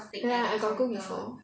ya I got go before